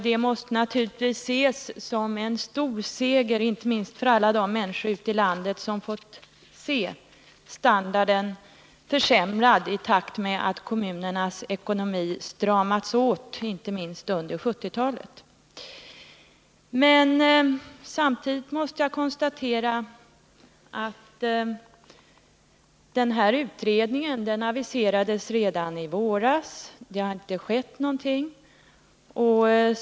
Det måste naturligtvis ses som en stor seger, inte minst för alla de människor ute i landet som fått uppleva hur standarden försämrats i takt med att kommunernas ekonomi stramas åt, inte minst under 1970-talet. Samtidigt måste jag konstatera att utredningen aviserades redan i våras, och det har inte skett någonting.